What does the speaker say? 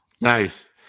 nice